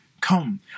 come